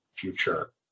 future